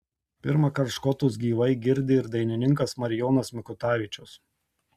pirmąkart škotus gyvai girdi ir dainininkas marijonas mikutavičius